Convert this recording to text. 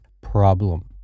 problem